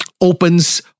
opens